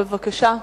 בבקשה.